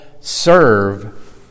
serve